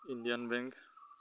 Indian bank